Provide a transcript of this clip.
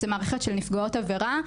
זו מערכת של נפגעות עבירה.